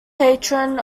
patron